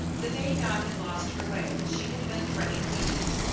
the day dot had lost her way she had been threading beads,